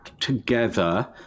Together